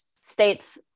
states